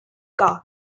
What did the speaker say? car